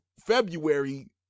February